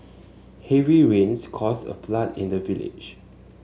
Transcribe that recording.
heavy rains caused a flood in the village